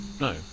No